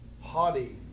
Haughty